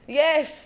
yes